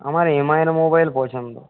আমার এমআইয়ের মোবাইল পছন্দ